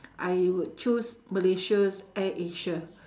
I would choose malaysia's air-asia